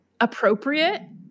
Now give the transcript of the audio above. appropriate